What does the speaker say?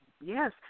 yes